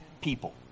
people